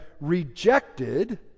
rejected